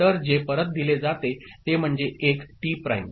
तर जे परत दिले जाते ते म्हणजे 1 टी प्राइम